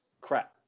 crap